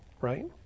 right